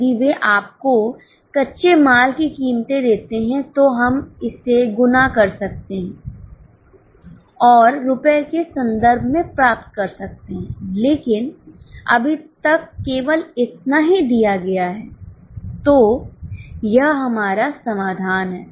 यदि वे आपको कच्चे माल की कीमतें देते हैं तो हम इसे गुना कर सकते हैं और रुपये के संदर्भ में प्राप्त कर सकते हैं लेकिन अभी तक केवल इतना ही दिया गया है तो यह हमारा समाधान है